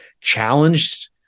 challenged